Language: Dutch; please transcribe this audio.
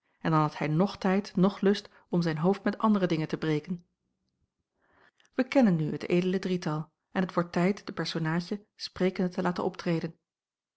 en dan had hij noch tijd noch lust om zijn hoofd met andere dingen te breken wij kennen nu het edele drietal en het wordt tijd de personaadjen sprekende te laten optreden